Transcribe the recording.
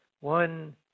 One